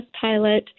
pilot